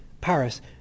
Paris